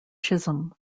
chisholm